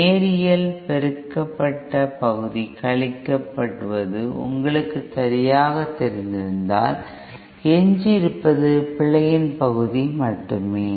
நேரியல் பெருக்கப்பட்ட பகுதி கழிக்கப்படுவது உங்களுக்கு சரியாகத் தெரிந்தால் எஞ்சியிருப்பது பிழையின் பகுதி மட்டுமே